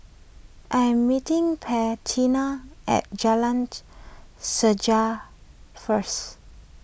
I am meeting Bettina at Jalan Sejarah first